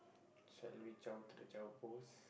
shall we zao to the zao post